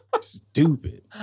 Stupid